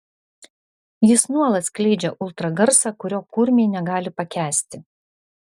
jis nuolat skleidžia ultragarsą kurio kurmiai negali pakęsti